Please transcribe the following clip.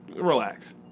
Relax